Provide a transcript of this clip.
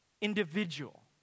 individual